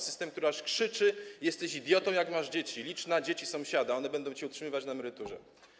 System, który aż krzyczy: jesteś idiotą, jak masz dzieci, licz na dzieci sąsiada, one będą cię utrzymywać na emeryturze.